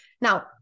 now